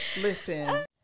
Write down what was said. listen